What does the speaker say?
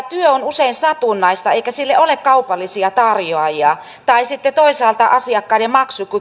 usein satunnaista eikä sille ole kaupallisia tarjoajia tai sitten toisaalta asiakkaiden maksukyky ei